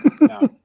No